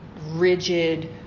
rigid